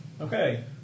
Okay